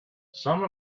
some